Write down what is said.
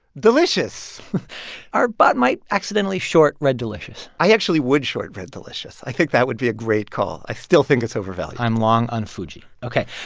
delicious our bot might accidentally short red delicious i actually would short red delicious. i think that would be a great call. i still think it's overvalued i'm long on fuji. ok,